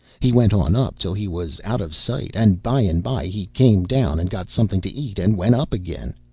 he went on up till he was out of sight, and by and by he came down and got something to eat and went up again.